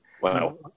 Wow